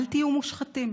אל תהיו מושחתים.